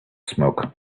smoke